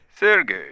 Sergey